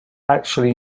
actually